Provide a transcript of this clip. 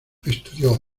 estudió